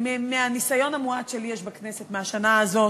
מהניסיון המועט שיש לי בכנסת מהשנה הזאת,